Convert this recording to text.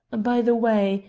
by the way,